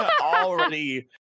already